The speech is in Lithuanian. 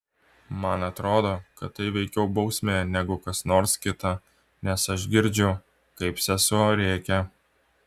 man atrodo kad tai veikiau bausmė negu kas nors kita nes aš girdžiu kaip sesuo rėkia